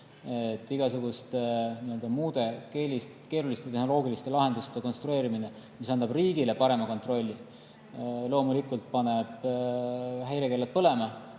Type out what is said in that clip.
Igasuguste muude keeruliste tehnoloogiliste lahenduste konstrueerimine, mis annavad riigile parema kontrolli, loomulikult paneb häirekellad põlema.